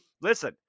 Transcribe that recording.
listen